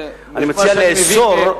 אני מציע לאסור,